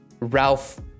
Ralph